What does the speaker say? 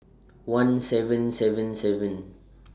one seven seven seven